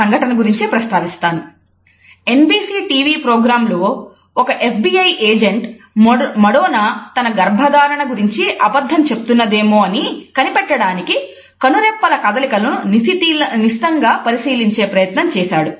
NBC TV ప్రోగ్రాంలో ఒక FBI agent Madonna తన గర్భధారణ గురించి అబద్ధం చెప్తున్నదేమోనని కనిపెట్టడానికి కనురెప్పల కదలికలను నిశితంగా పరిశీలించే ప్రయత్నం చేశాడు